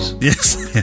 Yes